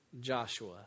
Joshua